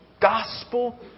gospel